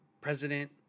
president